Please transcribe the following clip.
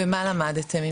ומה למדתם?